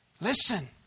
Listen